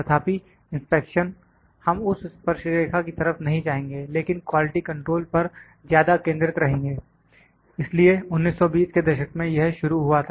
तथापि इंस्पेक्शन हम उस स्पर्श रेखा की तरफ नहीं जाएंगे लेकिन क्वालिटी कंट्रोल पर ज्यादा केंद्रित रहेंगे इसलिए 1920 के दशक में यह शुरू हुआ था